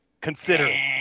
Consider